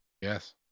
Yes